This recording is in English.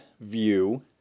view